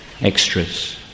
extras